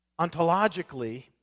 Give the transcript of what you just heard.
ontologically